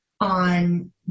on